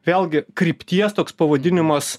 vėlgi krypties toks pavadinimas